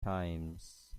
times